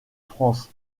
france